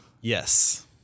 Yes